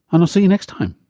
and i'll see you next time